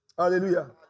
Hallelujah